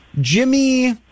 Jimmy